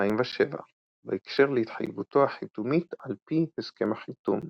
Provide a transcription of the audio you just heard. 2007 בהקשר להתחייבותו החיתומית על פי הסכם החיתום.